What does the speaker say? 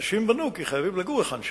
אנשים בנו, כי חייבים לגור היכן שהוא.